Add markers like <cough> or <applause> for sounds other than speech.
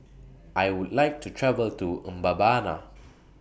I Would like to travel to Mbabana <noise>